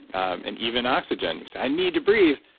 and even oxygen. you say, i need to breathe,